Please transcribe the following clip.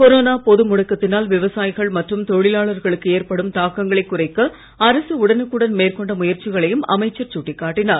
corona பொது முடக்கத்தினால் விவசாயிகள் மற்றும் தொழிலாளர்களுக்கு ஏற்படும் தாக்கங்களை குறைக்க அரசு உடனுக்குடன் மேற்கொண்ட முயற்சிகளையும் அமைச்சர் சுட்டிக் காட்டினார்